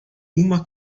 uma